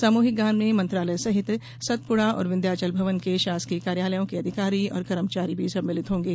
सामूहिक गायन में मंत्रालय सहित सतपुड़ा और विंध्याचल भवन के शासकीय कार्यालयों के अधिकारी और कर्मचारी भी सम्मिलित होंगे